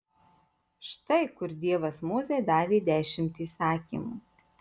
štai kur dievas mozei davė dešimt įsakymų